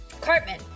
Cartman